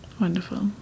wonderful